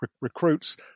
recruits